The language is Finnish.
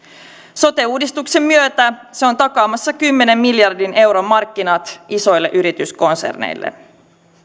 sote uudistuksen myötä se on takaamassa kymmenen miljardin euron markkinat isoille yrityskonserneille